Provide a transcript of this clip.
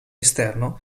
esterno